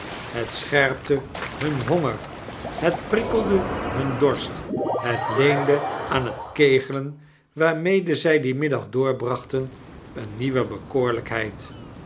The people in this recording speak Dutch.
het scherpte hun honger het prikkelde hun dorst het leende aan het kegelen waarmede zij dien middag doorbrachten eene nieuwe